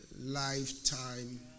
Lifetime